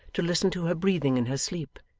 to listen to her breathing in her sleep,